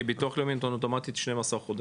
כי ביטוח לאומי נותן אוטומטי 12 חודשים,